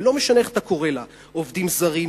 ולא משנה איך אתה קורא לה: עובדים זרים,